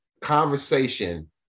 conversation